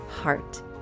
heart